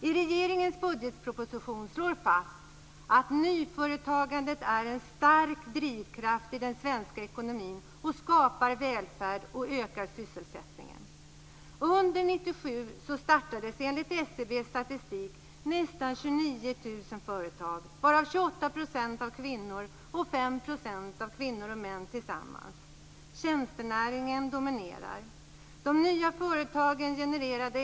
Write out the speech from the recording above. I regeringens budgetproposition slås det fast att: "Nyföretagandet är en stark drivkraft i den svenska ekonomin som skapar välfärd och ökad sysselsättning". Under 1997 startades enligt SCB:s statistik nästan 29 000 företag, varav 28 % av kvinnor och 5 % av kvinnor och män tillsammans. Tjänstenäringen dominerar.